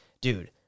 dude